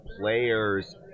players